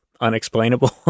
unexplainable